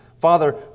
Father